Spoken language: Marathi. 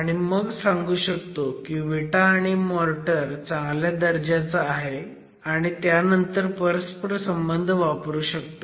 आणि मग सांगू शकतो की विटा आणि मोर्टर चांगल्या दर्जाचं आहे आणि त्यानंतर परस्परसंबंध वापरू शकतो